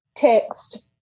text